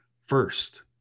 first